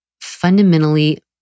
fundamentally